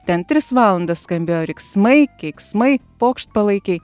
ten tris valandas skambėjo riksmai keiksmai pokštpalaikiai